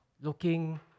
looking